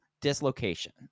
dislocation